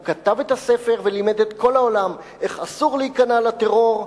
הוא כתב את הספר ולימד את כל העולם איך אסור להיכנע לטרור,